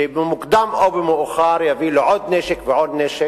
שבמוקדם או במאוחר יביא לעוד נשק ועוד נשק,